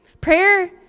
prayer